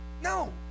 No